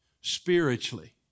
spiritually